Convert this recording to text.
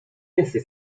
jesteś